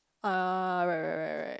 uh right right right right